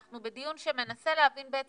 אנחנו בדיון שמנסה להבין את